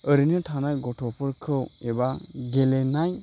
ओरैनो थानाय गथ'फोरखौ एबा गेलेनाय